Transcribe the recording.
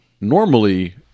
normally